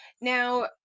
Now